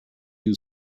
you